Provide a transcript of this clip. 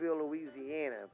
Louisiana